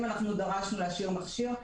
אם אנחנו דרשנו להשאיר מכשיר,